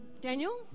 Daniel